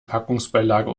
packungsbeilage